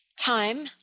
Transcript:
Time